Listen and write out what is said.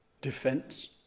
defense